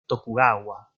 tokugawa